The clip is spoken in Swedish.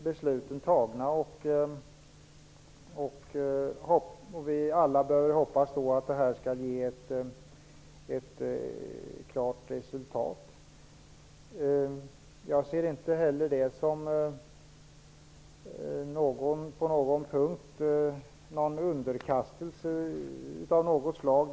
Besluten är fattade, och vi bör alla hoppas att de skall ge ett gott resultat. Jag kan inte på någon punkt se det som en underkastelse av något slag.